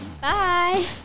Bye